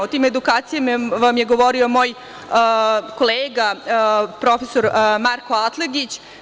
O tim edukacijama vam je govorio moj kolega prof. Marko Atlagić.